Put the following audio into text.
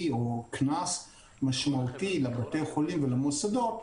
או קנס משמעותי לבתי החולים ולמוסדות,